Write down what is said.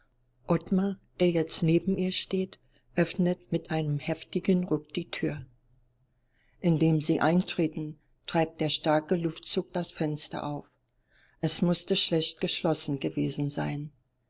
der jetzt neben ihr steht öffnet mit einem heftigen ruck die tür indem sie eintreten treibt der starke luftzug das fenster auf es mußte schlecht geschlossen gewesen sein